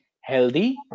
healthy